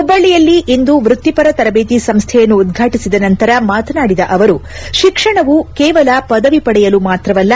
ಹುಬ್ಬಳ್ಳಿಯಲ್ಲಿ ಇಂದು ವೃತ್ತಿಪರ ತರಬೇತಿ ಸಂಸ್ಥೆಯನ್ನು ಉದ್ಘಾಟಿಸಿದ ನಂತರ ಮಾತನಾಡಿದ ಅವರು ಶಿಕ್ಷಣವು ಕೇವಲ ಪದವಿ ಪಡೆಯಲು ಮಾತ್ರವಲ್ಲ